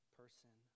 person